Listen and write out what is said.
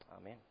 Amen